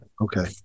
Okay